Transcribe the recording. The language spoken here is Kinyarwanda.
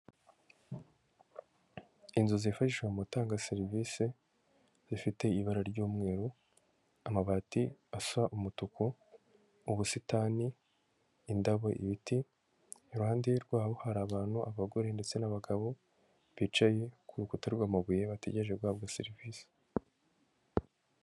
Inzu zifashishwa mu gutanga serivise zifite ibara ry'umweru, amabati asa umutuku, mu busitani indabo, ibiti. Iruhande rwabo hari abantu abagore ndetse n'abagabo bicaye ku rukuta rw'amabuye bategereje guhabwa serivisi.